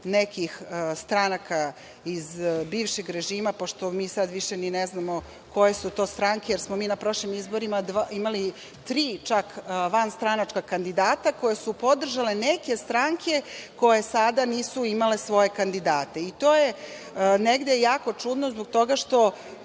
nekih stranaka iz bivšeg režima, pošto mi sada više ni ne znamo koje su to stranke, jer smo mi na prošlim izborima imali tri vanstranačka kandidata koje su podržale neke stranke koje sada nisu imale svoje kandidate, i to je negde jako čudno zbog toga što